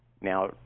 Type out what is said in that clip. Now